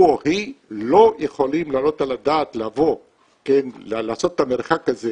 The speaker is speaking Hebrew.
הוא או היא לא יכולים להעלות על הדעת לעשות את המרחק הזה